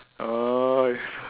nice